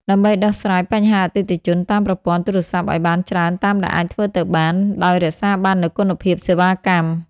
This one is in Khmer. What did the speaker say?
ដើម្បីដោះស្រាយបញ្ហាអតិថិជនតាមប្រព័ន្ធទូរស័ព្ទឱ្យបានច្រើនតាមដែលអាចធ្វើទៅបាន ដោយរក្សាបាននូវគុណភាពសេវាកម្ម។